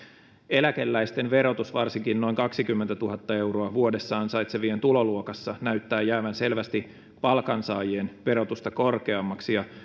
eläkeläisten verotus varsinkin noin kaksikymmentätuhatta euroa vuodessa ansaitsevien tuloluokassa näyttää jäävän selvästi palkansaajien verotusta korkeammaksi ja